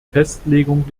festlegung